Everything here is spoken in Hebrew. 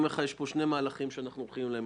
יש פה שני מהלכים שאנחנו הולכים אליהם.